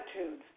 attitude